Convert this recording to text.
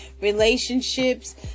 relationships